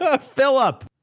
Philip